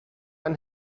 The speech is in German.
ein